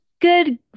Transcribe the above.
good